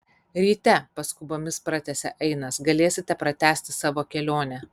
ryte paskubomis pratęsė ainas galėsite pratęsti savo kelionę